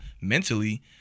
mentally